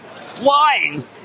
flying